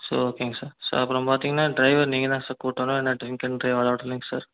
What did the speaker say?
sir ஓகேங்க sir அப்றோம் பார்த்தீங்கனா டிரைவர் நீங்கள் தான் சார் கூட்டிகிட்டு வரணும் ஏன்னா ட்ரிங்க் அண்ட் டிரைவ் அலோடு இல்லிங்க சார்